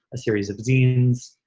a series of zines,